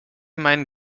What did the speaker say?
meinen